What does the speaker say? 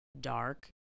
dark